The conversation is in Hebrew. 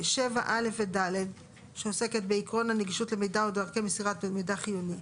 7(א) ו-(ד) (עקרון הנגישות למידע ודרכי מסירת מידע חיוני),